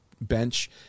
bench